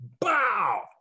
BOW